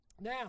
Now